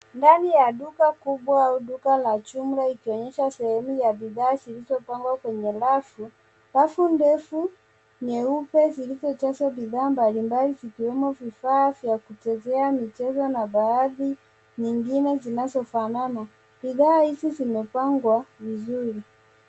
Ndani ya duka kubwa au duka la jumla ikionyesha sehemu ya bidhaa zilizopangwa kwenye rafu. Rafu ndefu nyeupe zilizojaswa bidhaa mbali mbali zikiwemo vifaa vya kuchezea michezo na baadhi nyingine zinazo fanana. Bidhaa hizi zimepangwa vizuri.